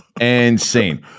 Insane